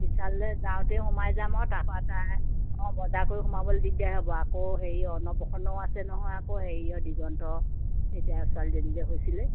বিশাললে যাওঁতেই সোমাই যাম আৰু তাৰপা তাৰ অঁ বজাৰ কৰি সোমাবলে দিগদাৰ হ'ব আকৌ হেৰি অন্নপ্ৰশনও আছে নহয় আকৌ হেৰিয়েৰ দ্বিগন্ত এতিয়া ছোৱালীজনী যে হৈছিলে